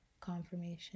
confirmation